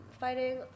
fighting